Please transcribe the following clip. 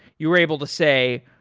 you were able to say,